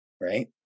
right